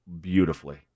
beautifully